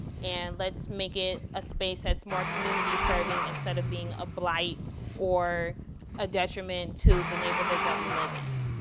and let's make it a space that's more community-serving, instead of being a blight or a detriment to the neighborhoods that we live in.